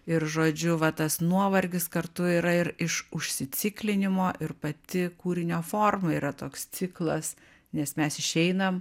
ir žodžiu va tas nuovargis kartu yra ir iš užsiciklinimo ir pati kūrinio forma yra toks ciklas nes mes išeinam